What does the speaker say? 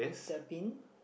the bin